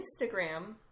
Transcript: Instagram